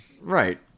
Right